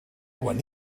quan